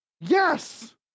Yes